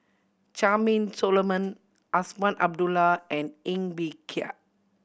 Charmaine Solomon Azman Abdullah and Ng Bee Kia